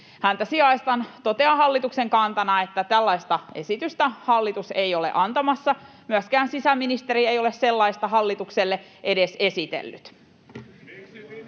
häntä sijaistan, totean hallituksen kantana, että tällaista esitystä hallitus ei ole antamassa. Myöskään sisäministeri ei ole sellaista hallitukselle edes esitellyt.